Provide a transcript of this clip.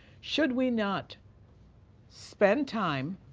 should we not spend time,